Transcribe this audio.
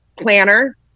Planner